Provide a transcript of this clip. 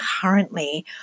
currently